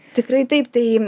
tikrai taip tai